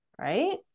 right